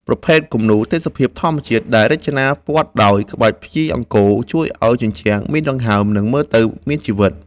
ប្រភេទគំនូរ ទេសភាពធម្មជាតិ ដែលរចនាព័ទ្ធដោយក្បាច់ភ្ញីអង្គរ ជួយឱ្យជញ្ជាំងមានដង្ហើម និងមើលទៅមានជីវិត។